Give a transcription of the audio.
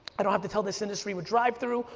i don't have to tell this industry with drive through,